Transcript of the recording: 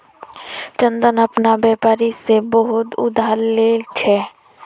चंदन अपना व्यापारी से बहुत उधार ले छे